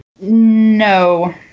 No